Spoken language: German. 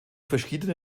verschiedene